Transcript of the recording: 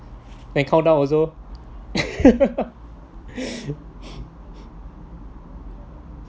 then countdown also